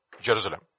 Jerusalem